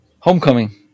Homecoming